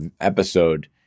episode